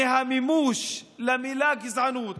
מימוש למילה גזענות.